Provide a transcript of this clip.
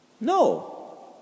No